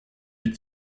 les